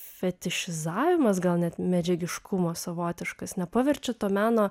fetišizavimas gal net medžiagiškumo savotiškas nepaverčiau to meno